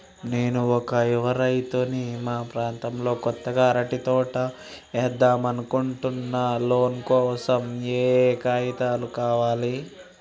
నేను ఒక యువ రైతుని మా ప్రాంతంలో కొత్తగా అరటి తోట ఏద్దం అనుకుంటున్నా లోన్ కోసం ఏం ఏం కాగితాలు కావాలే?